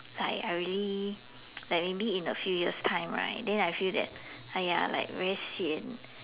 like I really like maybe in a few years time right then I feel that !aiya! like very sian